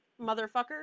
motherfucker